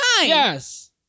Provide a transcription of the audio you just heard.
Yes